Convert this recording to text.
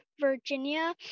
Virginia